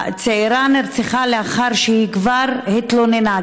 הצעירה נרצחה לאחר שהיא כבר התלוננה,